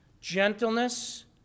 gentleness